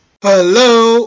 Hello